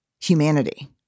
humanity